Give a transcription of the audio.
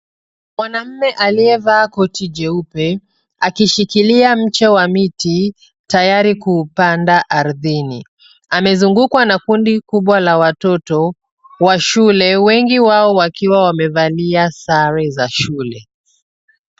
Mwanaume aliyevaa koti jeupe akishikilia mche wa miti, tayari kuupanda ardhini. Amezungukwa na kundi kubwa la watoto wa shule, wengi wao wakiwa wamevalia sare za shule.